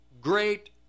great